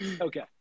okay